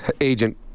agent